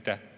Aitäh